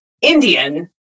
Indian